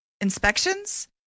inspections